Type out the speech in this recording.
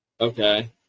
Okay